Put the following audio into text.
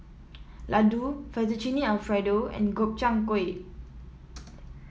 Ladoo Fettuccine Alfredo and Gobchang Gui